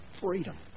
freedom